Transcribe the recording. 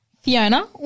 Fiona